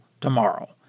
tomorrow